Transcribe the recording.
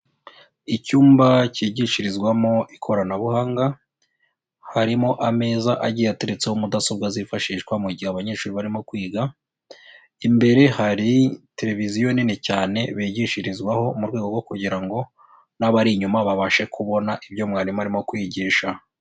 Icyumba cyigishirizwamo ikoranabuhanga, harimo ameza agiye ateretseho mudasobwa zifashishwa mu gihe abanyeshuri barimo kwiga, imbere hari televiziyo nini cyane bigishirizwaho mu rwego rwo kugira ngo n'abari inyuma babashe kubona ibyo mwarimu arimo kwigisha.